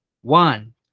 One